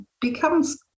becomes